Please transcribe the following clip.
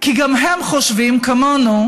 כי גם הם חושבים, כמונו,